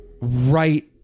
right